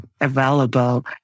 available